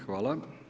Hvala.